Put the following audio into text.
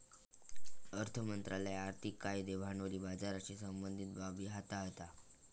अर्थ मंत्रालय आर्थिक कायदे भांडवली बाजाराशी संबंधीत बाबी हाताळता